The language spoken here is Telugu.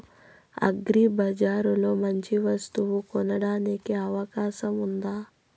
అగ్రిబజార్ లో మంచి వస్తువు కొనడానికి అవకాశం వుందా?